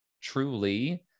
truly